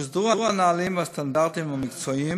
הוסדרו הנהלים והסטנדרטים המקצועיים